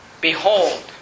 Behold